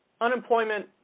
unemployment